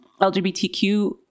LGBTQ